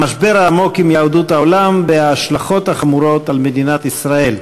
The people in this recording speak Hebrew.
המשבר העמוק עם יהדות העולם וההשלכות החמורות על מדינת ישראל.